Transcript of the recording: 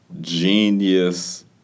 genius